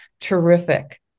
Terrific